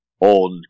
old